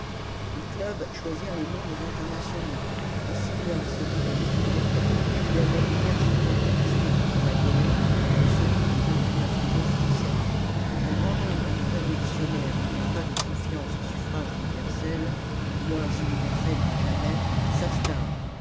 les clubs choisirent les noms des internationaux aussi bien celui de liebneck qui avait énergiquement protesté contre la guerre que celui des internationaux français un grand nombre de révolutionnaires n'ayant pas de confiance au suffrage universel moins universel que jamais